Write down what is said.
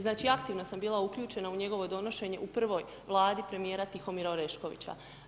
Znači, aktivno sam bila uključena u njegovo donošenje u prvoj Vladi premijera Tihomira Oreškovića.